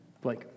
Blake